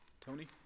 Tony